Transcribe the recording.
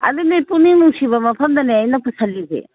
ꯑꯗꯨꯅꯤ ꯄꯨꯛꯅꯤꯡ ꯅꯨꯡꯁꯤꯕ ꯃꯐꯝꯗꯅꯦ ꯑꯩꯅ ꯄꯨꯁꯤꯜꯂꯤꯁꯦ